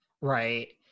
Right